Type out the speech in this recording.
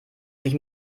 nicht